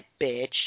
bitch